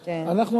אנחנו,